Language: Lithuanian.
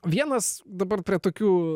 vienas dabar prie tokių